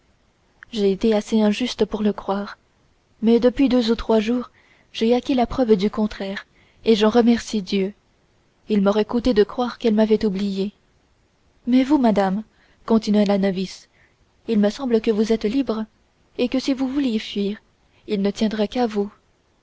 j'ai été assez injuste pour le croire mais depuis deux ou trois jours j'ai acquis la preuve du contraire et j'en remercie dieu il m'aurait coûté de croire qu'elle m'avait oubliée mais vous madame continua la novice il me semble que vous êtes libre et que si vous vouliez fuir il ne tiendrait qu'à vous